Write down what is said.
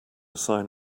sign